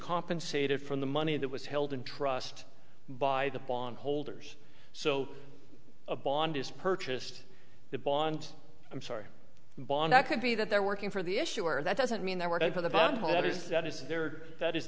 compensated from the money that was held in trust by the bond holders so a bond is purchased the bond i'm sorry bond that could be that they're working for the issuer that doesn't mean they're working for the bundle that is